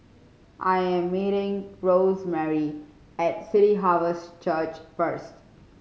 I am meeting Rosemarie at City Harvest Church first